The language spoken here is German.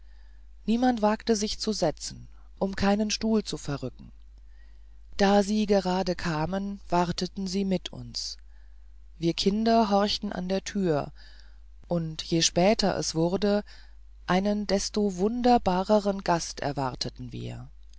niemand wagte sich zu setzen um keinen stuhl zu verrücken da sie gerade kamen warteten sie mit uns wir kinder horchten an der tür und je später es wurde einen desto wunderbarern gast erwarteten wir